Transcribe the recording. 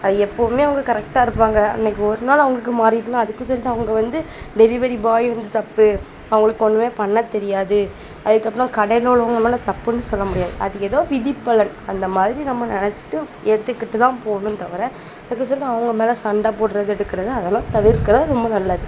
அது எப்போவுமே அவங்க கரெக்டாக இருப்பாங்கள் அன்னைக்கி ஒரு நாள் அவங்களுக்கு மாறிட்டுன்னால் அதுக்குன்னு சொல்லிட்டு அவங்க வந்து டெலிவரி பாய் வந்து தப்பு அவங்களுக்கு ஒன்றுமே பண்ணத் தெரியாது அதுக்கப்புறம் கடையில் உள்ளவங்கள் மேலே தப்புன்னு சொல்லமுடியாது அது ஏதோ விதி பலன் அந்த மாதிரி நம்ம நினச்சுட்டு ஏற்றுக்கிட்டு தான் போகணும் தவிர அதுக்கொசரம் அவங்க மேலே சண்டை போடுறது எடுக்கிறது அதெல்லாம் தவிர்க்கிறது ரொம்ப நல்லது